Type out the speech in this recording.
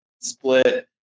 split